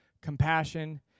compassion